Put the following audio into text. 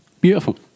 Beautiful